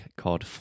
called